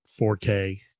4K